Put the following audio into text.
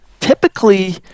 Typically